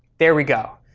there we go.